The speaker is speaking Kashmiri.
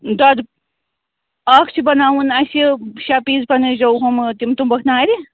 دۄدٕ اَکھ چھِ بَناوُن اَسہِ شےٚ پیٖس بَنٲوِزیٚو ہُم تِم تُمبَکھ نارِ